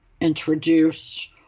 introduce